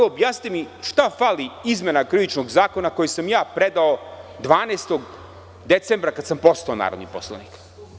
Objasnite mi šta fali izmenama Krivičnog zakona koji sam ja predao 12. decembra, kada sam postao narodni poslanik?